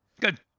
Good